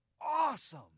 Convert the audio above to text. Awesome